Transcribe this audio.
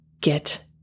get